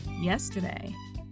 Yesterday